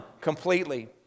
completely